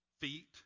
feet